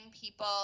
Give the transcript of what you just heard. people